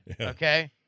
Okay